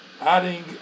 adding